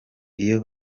iyo